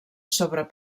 sobre